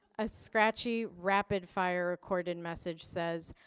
a scratchy, rapid fire recorded message says,